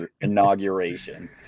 inauguration